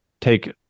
take